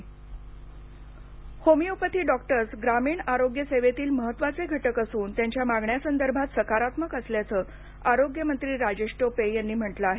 homeopathy homeopathy doctors ग्रामीण आरोग्य सेवेतील महत्त्वाचे घटक असून त्यांच्या मागण्यांसंदर्भात सकारात्मक असल्याचे आरोग्यमंत्री राजेश टोपे यांनी म्हटलं आहे